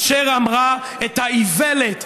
אשר אמרה את האיוולת,